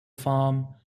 farm